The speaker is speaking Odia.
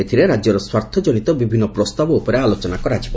ଏଥିରେ ରାଜ୍ୟର ସ୍ୱାର୍ଥଜନିତ ବିଭିନ୍ନ ପ୍ରସ୍ତାବ ଉପରେ ଆଲୋଚନା କରାଯିବ